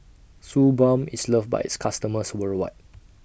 Suu Balm IS loved By its customers worldwide